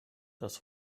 das